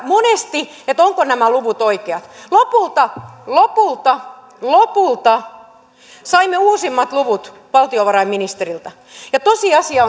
monesti ovatko nämä luvut oikeat lopulta lopulta lopulta saimme uusimmat luvut valtiovarainministeriltä ja tosiasia